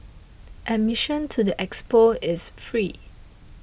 admission to the expo is free